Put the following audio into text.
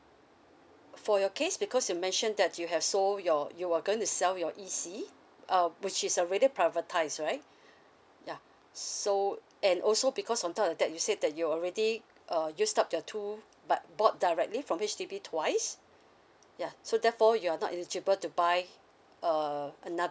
for your case because you mention that you have sold your you were going to sell your E_C uh which is already privatise right yeah so and also because on top of that you said that you already uh used up the two but bought directly from H_D_B twice yeah so therefore you're not eligible to buy uh another